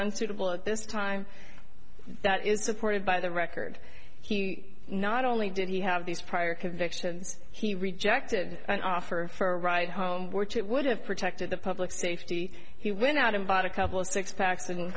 unsuitable at this time that is supported by the record he not only did he have these prior convictions he rejected an offer for a ride home which it would have protected the public safety he went out and bought a couple six packs and